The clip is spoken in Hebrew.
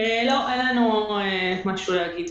אין לנו מה להגיד.